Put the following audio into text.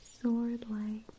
sword-like